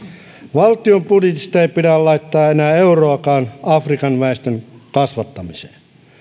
valtion budjetista ei pidä laittaa enää euroakaan afrikan väestön kasvattamiseen